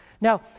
Now